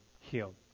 healed